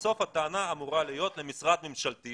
בסוף הטענה אמורה להיות למשרד ממשלתי,